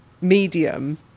medium